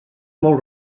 molt